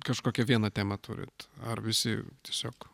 kažkokią vieną temą turit ar visi tiesiog